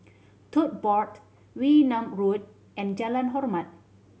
Tote Board Wee Nam Road and Jalan Hormat